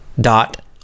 dot